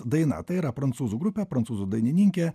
daina tai yra prancūzų grupė prancūzų dainininkė